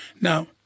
Now